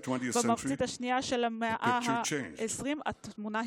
ובמחצית השנייה של המאה ה-20 התמונה השתנתה: